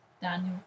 Daniel